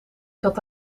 zat